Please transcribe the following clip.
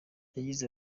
yagize